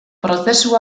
prozesu